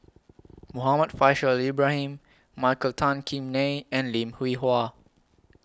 Muhammad Faishal Ibrahim Michael Tan Kim Nei and Lim Hwee Hua